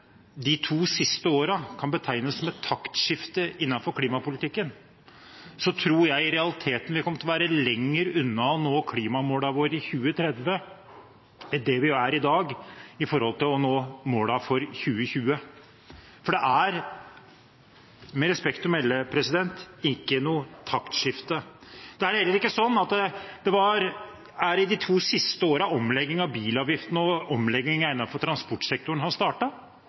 de to siste årene kan betegnes som et taktskifte innenfor klimapolitikken, tror jeg i realiteten vi kommer til å være lenger unna å nå klimamålene våre i 2030, enn det vi er i dag for å nå målene for 2020, for det er med respekt å melde ikke noe taktskifte. Det er heller ikke slik at det er i løpet av de to siste årene omleggingen av bilavgiften og omleggingen innenfor transportsektoren har